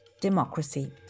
Democracy